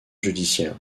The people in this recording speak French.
judiciaires